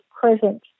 present